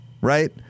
right